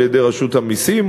על-ידי רשות המסים,